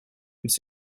its